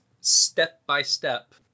step-by-step